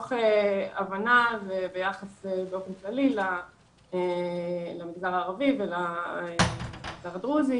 מתוך הבנה וביחס באופן כללי למגזר הערבי ולמגזר הדרוזי,